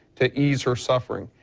to ease her suffering.